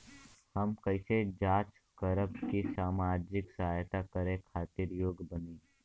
हम कइसे जांच करब की सामाजिक सहायता करे खातिर योग्य बानी?